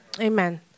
Amen